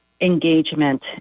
engagement